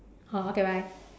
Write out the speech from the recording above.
oh okay bye